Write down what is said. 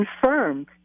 confirmed